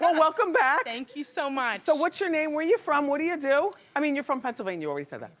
but welcome back. thank you so much. so what's your name, where you from, what do you do? i mean, you're from pennsylvania, you already said that.